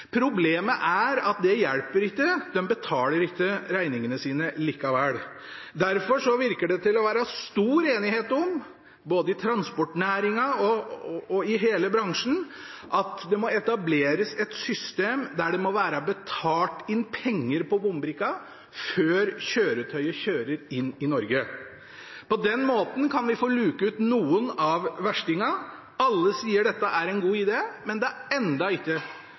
Problemet er at det hjelper ikke, de betaler ikke regningene sine likevel. Derfor virker det å være stor enighet om, både i transportnæringen og i hele bransjen, at det må etableres et system der det må være betalt inn penger på bombrikka før kjøretøyet kjører inn i Norge. På den måten kan vi få luket ut noen av verstingene. Alle sier dette er en god idé, men det er enda ikke